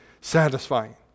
satisfying